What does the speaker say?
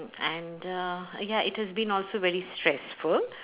and uh ya it has been also very stressful